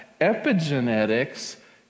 Epigenetics